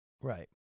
Right